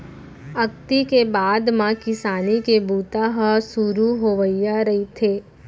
अक्ती के बाद म किसानी के बूता ह सुरू होवइया रहिथे